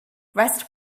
rest